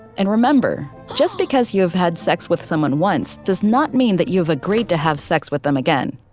and remember just because you have had sex with someone once does not mean that you've agreed to have sex with them again.